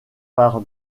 par